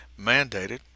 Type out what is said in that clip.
mandated